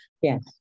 yes